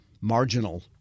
marginal